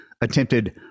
attempted